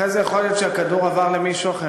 אחרי זה יכול להיות שהכדור עבר למישהו אחר,